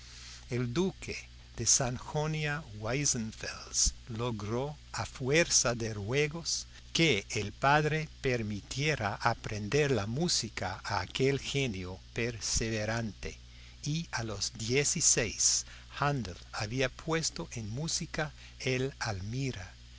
el duque de sajonia weissenfels logró a fuerza de ruegos que el padre permitiera aprender la música a aquel genio perseverante y a los dieciséis haendel había puesto en música el almira